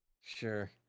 Sure